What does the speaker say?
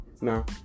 No